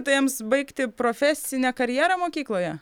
tai jiems baigti profesinę karjerą mokykloje